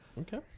Okay